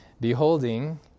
beholding